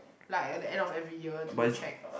like at the end of every year they will check